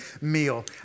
meal